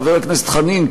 חבר הכנסת חנין,